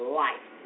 life